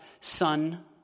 Son